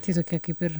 tai tokia kaip ir